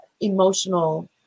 emotional